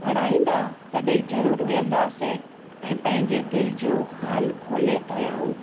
वणाईंदा तॾहिं ज़रूरु विहंदासीं ऐं पंहिंजे दिलि जो हालु खोले कयाऊं